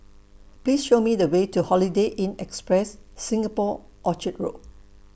Please Show Me The Way to Holiday Inn Express Singapore Orchard Road